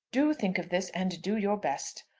do think of this, and do your best.